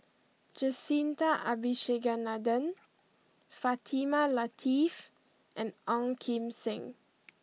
Jacintha Abisheganaden Fatimah Lateef and Ong Kim Seng